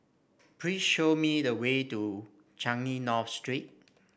please show me the way to Changi North Street